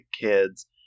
kids